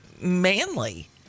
manly